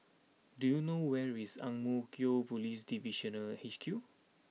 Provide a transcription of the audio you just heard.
do you know where is Ang Mo Kio Police Divisional H Q